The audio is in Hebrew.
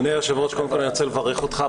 אדוני היושב-ראש, קודם כל, אני רוצה לברך אותך.